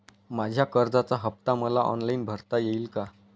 माझ्या कर्जाचा हफ्ता मला ऑनलाईन भरता येईल का?